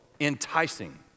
enticing